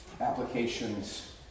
Applications